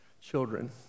children